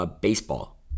Baseball